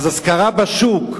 אז השכרה בשוק,